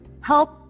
help